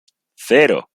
cero